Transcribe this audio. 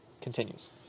continues